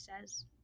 says